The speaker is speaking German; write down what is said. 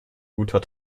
guter